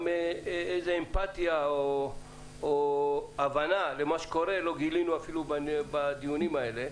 גם איזו אמפטיה או הבנה למה שקורה לא גילינו אפילו בדיונים האלה,